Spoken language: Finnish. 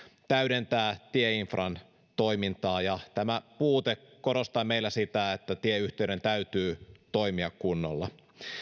täydentää tieinfran toimintaa tämä puute korostaa meillä sitä että tieyhteyden täytyy toimia kunnolla